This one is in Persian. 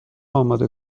اماده